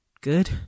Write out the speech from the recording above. Good